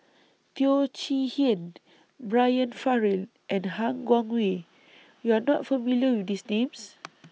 Teo Chee Hean Brian Farrell and Han Guangwei YOU Are not familiar with These Names